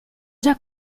già